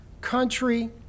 country